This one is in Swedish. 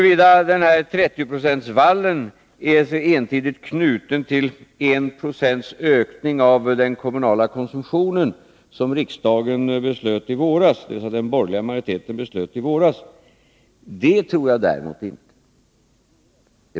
Att 30-procentsvallen entydigt skulle vara knuten till 1 20 ökning av den kommunala konsumtionen, en ökningstakt som riksdagens borgerliga majoritet fattade beslut om i våras, tror jag däremot inte.